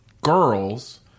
girls